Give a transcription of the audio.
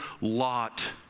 lot